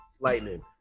Lightning